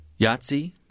Yahtzee